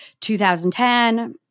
2010